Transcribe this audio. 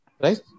right